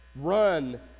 Run